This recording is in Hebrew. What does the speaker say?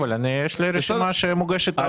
אבל יש לי רשימה שמוגשת לשולחן ועדת הכספים.